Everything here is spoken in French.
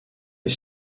est